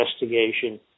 investigation